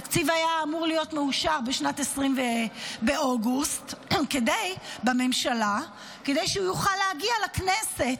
התקציב היה אמור להיות מאושר באוגוסט בממשלה כדי שהוא יוכל להגיע לכנסת.